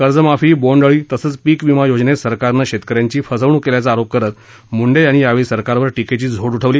कर्जमाफी बोण्ड अळी तसंच पीक विमा योजनेत सरकारनं शेतकऱ्यांची फसवणूक केल्याचा आरोप करत मुंडे यांनी यावेळी सरकारवर टीकेची झोड उठवली